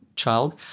child